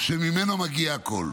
שממנו מגיע הכול.